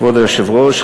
כבוד היושב-ראש,